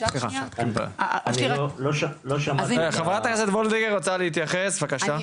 - חברת הכנסת וולדיגר רוצה להתייחס בבקשה.